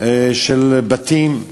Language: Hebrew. של בתים.